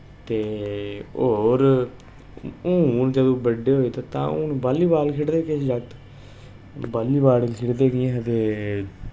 ते होर हून जदों बड्डे होऐ ते तां हून बालीबाल बी खेढदे किश जागत बालीबाल खेढदे हे